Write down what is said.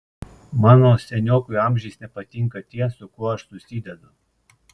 mano seniokui amžiais nepatinka tie su kuo aš susidedu